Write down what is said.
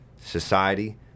society